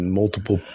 multiple